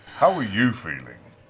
how are you feeling?